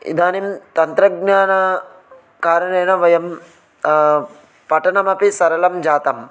इदानीं तन्त्रज्ञानकारणेन वयं पठनमपि सरलं जातं